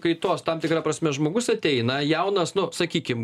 kaitos tam tikra prasme žmogus ateina jaunas nu sakykim